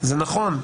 זה נכון,